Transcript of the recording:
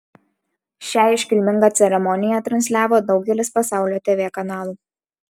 šią iškilmingą ceremoniją transliavo daugelis pasaulio tv kanalų